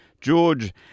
George